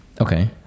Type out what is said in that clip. Okay